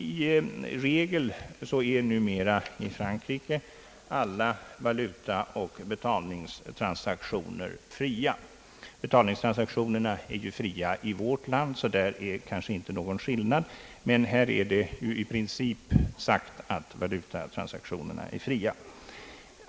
Som regel är numera i Frankrike alla valutaoch betalningstransaktioner fria. Betalningstransaktionerna är ju fria också i vårt land, varför det kanske inte är någon skillnad på denna punkt. Men det är i Frankrike i princip uttalat, att valutatransaktionerna är fria.